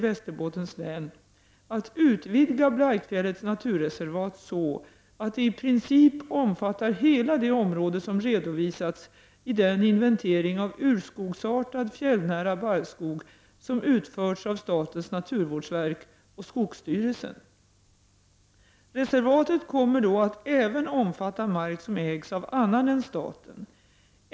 Västerbottens län att utvidga Blaikfjällets naturreservat så, att det i princip omfattar hela det område som redovisats i den inventering av urskogsartad, fjällnära barrskog som utförts av statens naturvårdsverk och skogsstyrelsen . Reservatet kommer då att även omfatta mark som ägs av annan än staten.